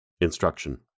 Instruction